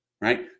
right